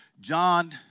John